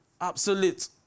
absolute